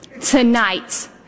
tonight